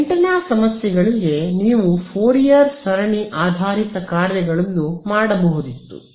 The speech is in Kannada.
ಆಂಟೆನಾ ಸಮಸ್ಯೆಗಳಿಗೆ ನೀವು ಫೋರಿಯರ್ ಸರಣಿ ಆಧಾರಿತ ಕಾರ್ಯಗಳನ್ನು ಮಾಡಬಹುದಿತ್ತು